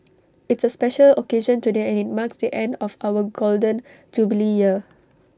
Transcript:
it's A special occasion today and IT marks the end of our Golden Jubilee year